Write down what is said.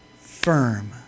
firm